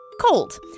cold